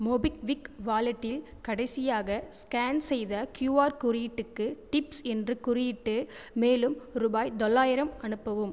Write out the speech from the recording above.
MobiKwik வாலெட்டில் கடைசியாக scan செய்த க்யூஆர் குறியீட்டுக்கு டிப்ஸ் என்று குறியீட்டு மேலும் ரூபாய் தொள்ளாயிரம் அனுப்பவும்